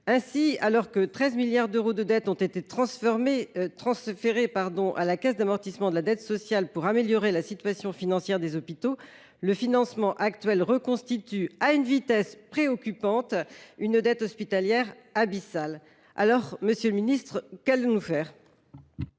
Ainsi, alors que 13 milliards d’euros de dette ont été transférés à la Cades pour améliorer la situation financière des hôpitaux, le financement actuel reconstitue à une vitesse préoccupante une dette hospitalière abyssale. Aussi, monsieur le ministre, qu’allons nous faire ?